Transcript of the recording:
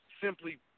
simply